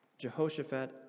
Jehoshaphat